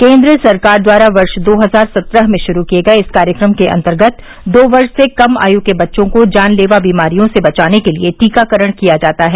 केंद्र सरकार द्वारा वर्ष दो हजार सत्रह में शुरू किए गए इस कार्यक्रम के अंतर्गत दो वर्ष से कम आयु के बच्चों को जानलेवा वीमारियों से बचाने के लिए टीकाकरण किया जाता है